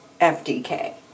FDK